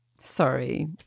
sorry